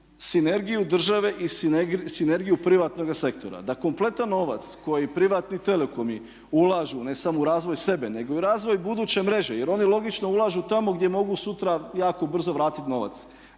sinergiju države i sinergiju privatnoga sektora da kompletan novac koji privatni telekomi ulažu ne samo u razvoj sebe, nego i u razvoj bude mreže jer oni logično ulažu tamo gdje mogu sutra jako brzo vratiti novac.